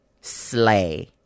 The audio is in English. slay